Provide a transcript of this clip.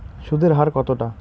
সুদের হার কতটা?